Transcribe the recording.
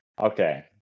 Okay